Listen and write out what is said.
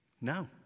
no